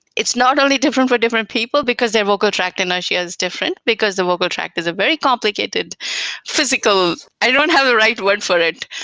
it's not only different for different people because their vocal tract inertia is different, because the vocal tract is a very complicated physical i don't have the right word for it,